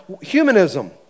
humanism